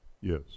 Yes